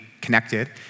connected